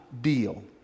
Deal